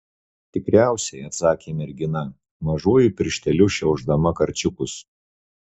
tikriausiai atsakė mergina mažuoju piršteliu šiaušdama karčiukus